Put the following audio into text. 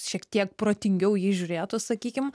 šiek tiek protingiau į jį žiūrėtų sakykim